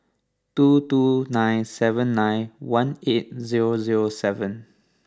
two two nine seven nine one eight zero zero seven